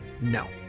No